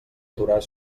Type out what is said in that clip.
aturar